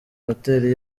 hoteli